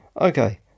Okay